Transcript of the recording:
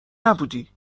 نبودی